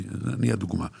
אני הדוגמה;